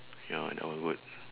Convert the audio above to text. ya that one good